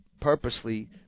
purposely